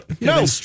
no